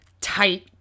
tight